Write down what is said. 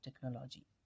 Technology